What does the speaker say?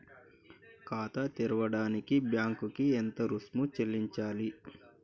ఖాతా తెరవడానికి బ్యాంక్ కి ఎంత రుసుము చెల్లించాలి?